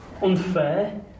unfair